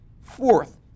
Fourth